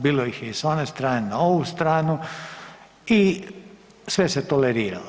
Bilo ih je i s one strane na ovu stranu i sve se toleriralo.